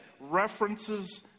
references